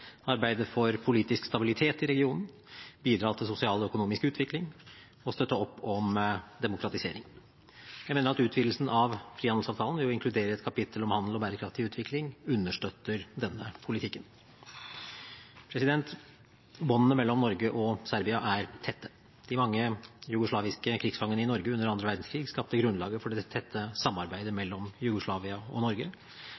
for politisk stabilitet i regionen, bidra til sosial og økonomisk utvikling og støtte opp om demokratisering. Jeg mener at utvidelsen av frihandelsavtalen ved å inkludere et kapittel om handel og bærekraftig utvikling understøtter denne politikken. Båndene mellom Norge og Serbia er tette. De mange jugoslaviske krigsfangene i Norge under andre verdenskrig skapte grunnlaget for det tette samarbeidet